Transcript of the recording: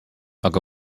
aga